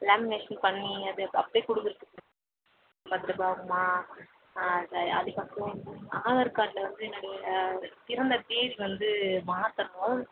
lamination பண்ணி அது அப்படியே கொடுக்குறதுக்கு பத்து ரூபாய் ஆகுமா ஆ சரி அதுக்கப்புறம் வந்து ஆதார் கார்டில் வந்து என்னோடைய பிறந்த தேதி வந்து மாற்றணும்